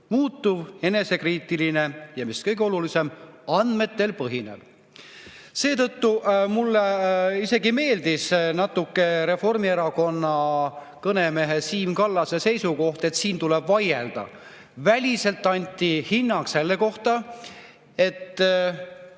muutuv, enesekriitiline, ja mis kõige olulisem, andmetel põhinev. Seetõttu mulle isegi meeldis natuke Reformierakonna kõnemehe Siim Kallase seisukoht, et siin tuleb vaielda. Väliselt anti hinnang selle kohta, et